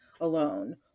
alone